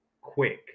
quick